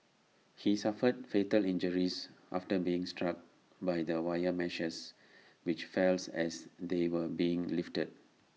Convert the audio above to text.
he suffered fatal injuries after being struck by the wire meshes which fells as they were being lifted